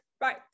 right